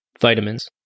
Vitamins